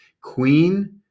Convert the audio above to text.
queen